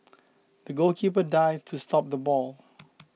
the goalkeeper dived to stop the ball